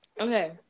Okay